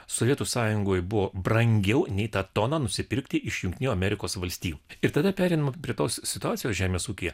sovietų sąjungoje buvo brangiau nei tą toną nusipirkti iš jungtinių amerikos valstijų ir tada pereinu prie tos situacijos žemės ūkyje